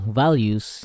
values